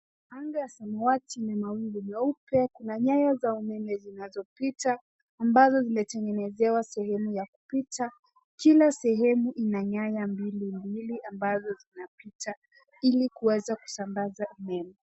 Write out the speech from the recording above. Anga ya samawati yenye mawingu meupe . Kuna nyaya za umeme zinazopita ambazo zimetengenezewa sehemu ya kupita. Kila sehemu ina nyaya mbili ambazo zinapita ili kuweza kusambaza umeme.